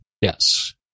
yes